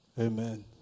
Amen